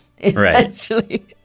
essentially